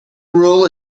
rule